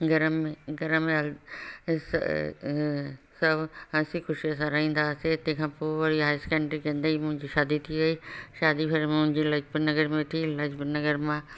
घर में घर में ॾिसु सभु हसी ख़ुशीअ सां रहंदासीं तंहिंखां पोइ वरी हाई सैकेंडरी कंदे मुंहिंजी शादी थी वई शादी फिर मुंहिंजी लाजपत नगर में थी लाजपत नगर मां